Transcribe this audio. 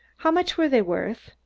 how much were they worth?